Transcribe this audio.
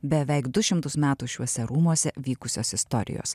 beveik du šimtus metų šiuose rūmuose vykusios istorijos